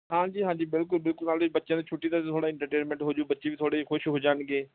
ਹਾਂਜੀ ਹਾਂਜੀ ਬਿਲਕੁਲ ਬਿਲਕੁਲ ਨਾਲੇ ਬੱਚਿਆਂ ਦੀ ਛੁੱਟੀ ਦਾ ਥੋੜ੍ਹਾ ਇੰਟਰਟੇਨਮੈਂਟ ਹੋਜੂ ਬੱਚੇ ਵੀ ਥੋੜ੍ਹੇ ਜਿਹੇ ਖੁਸ਼ ਹੋ ਜਾਣਗੇ